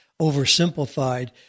oversimplified